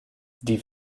die